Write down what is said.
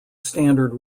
standard